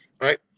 right